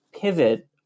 pivot